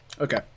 okay